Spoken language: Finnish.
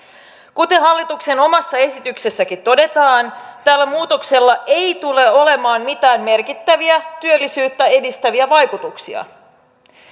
kuten hallituksen omassa esityksessäkin todetaan tällä muutoksella ei tule olemaan mitään merkittäviä työllisyyttä edistäviä vaikutuksia